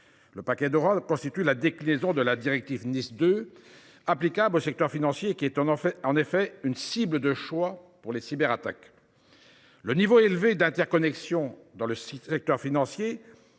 Le paquet Dora constitue la déclinaison de la directive NIS 2 applicable au secteur financier, qui est en effet une cible de choix pour les cyberattaques. Le niveau élevé d’interconnexion du secteur constitue